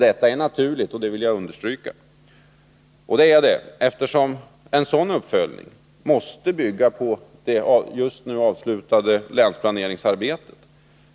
Detta är naturligt — det vill jag understryka — eftersom en sådan uppföljning måste bygga på det just avslutade länsplaneringsarbetet.